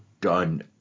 done